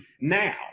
now